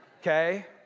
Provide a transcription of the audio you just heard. okay